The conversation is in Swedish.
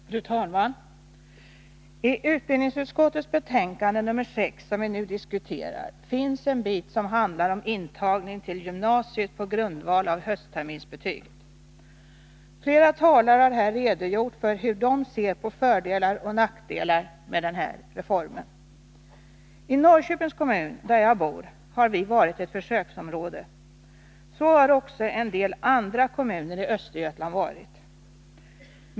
Fru talman! I utbildningsutskottets betänkande nr 6, som vi nu diskuterar, finns en bit som handlar om intagning till gymnasiet på grundval av höstterminsbetyget. Flera talare har här redogjort för hur de ser på fördelar och nackdelar med denna reform. Norrköpings kommun, där jag bor, har varit ett försöksområde. Så har också en del andra kommuner i Östergötland varit.